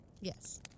Yes